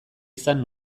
izan